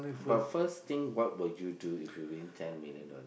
but first thing what will you do if you win ten million dollars